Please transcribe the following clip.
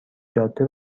جاده